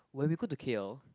when we go to K_L